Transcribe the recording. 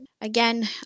again